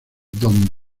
don